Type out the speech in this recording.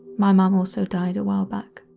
my mom also died a while back.